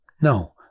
No